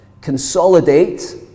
consolidate